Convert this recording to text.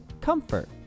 Comfort